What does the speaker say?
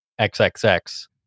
XXX